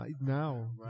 Now